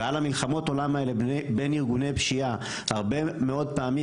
ועל מלחמות העולם האלה בין ארגוני פשיעה הרבה מאד פעמים